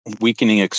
weakening